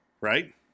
right